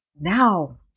now